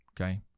Okay